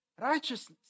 Righteousness